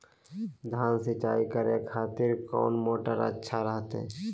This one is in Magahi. धान की सिंचाई करे खातिर कौन मोटर अच्छा रहतय?